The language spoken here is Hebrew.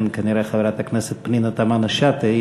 לכן כנראה חברת הכנסת פנינה תמנו-שטה,